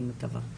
אני מקווה.